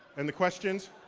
and the questions?